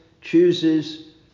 chooses